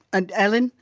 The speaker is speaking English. and ellen,